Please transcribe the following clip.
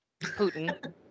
putin